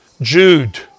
Jude